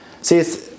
See